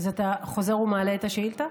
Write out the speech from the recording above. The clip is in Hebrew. אז אתה חוזר ומעלה את השאילתה?